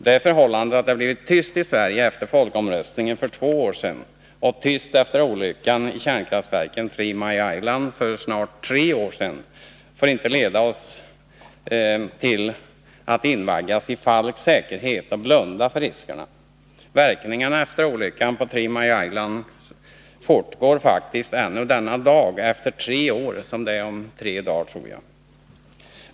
Det förhållandet att det blivit tyst i Sverige efter folkomröstningen för två år sedan och tyst efter olyckan i kärnkraftverket på Three Mile Island för snart tre år sedan får inte leda till att vi invaggas i falsk säkerhet och blundar för riskerna. Verkningarna efter olyckan på Three Mile Island fortgår faktiskt ännu denna dag, efter tre år — vilket jag tror att det blir om tre dagar.